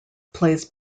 plays